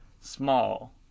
small